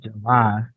July